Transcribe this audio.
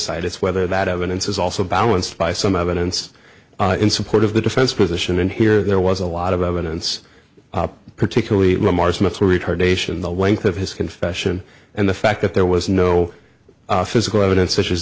side it's whether that evidence is also balanced by some evidence in support of the defense position and here there was a lot of evidence particularly the margin of the retardation the length of his confession and the fact that there was no physical evidence such as